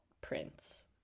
Prince